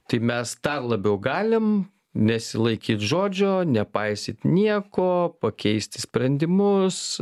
tai mes dar labiau galim nesilaikyt žodžio nepaisyt nieko pakeisti sprendimus